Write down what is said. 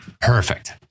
Perfect